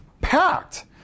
packed